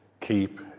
keep